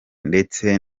ndetse